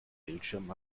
bildschirm